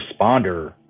responder